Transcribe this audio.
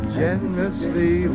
generously